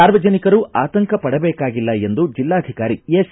ಸಾರ್ವಜನಿಕರು ಆತಂಕ ಪಡಬೇಕಾಗಿಲ್ಲ ಎಂದು ಜಿಲ್ಲಾಧಿಕಾರಿ ಎಸ್